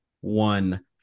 one